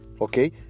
Okay